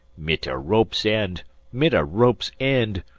mit a rope's end mit a rope's end!